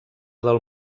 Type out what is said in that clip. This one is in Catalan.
del